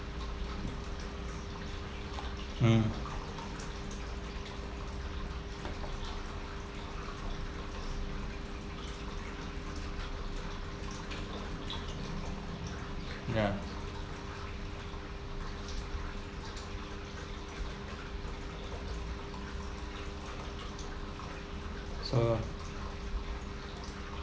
mm ya so